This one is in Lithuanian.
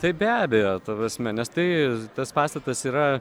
tai be abejo ta prasme nes tai tas pastatas yra